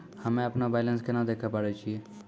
हम्मे अपनो बैलेंस केना देखे पारे छियै?